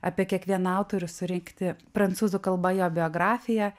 apie kiekvieną autorių surinkti prancūzų kalba jo biografiją